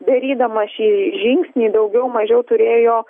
darydamas šį žingsnį daugiau mažiau turėjo